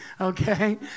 okay